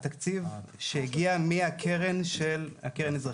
התקציב שהגיע מהקרן של הקרן של אזרחי ישראל.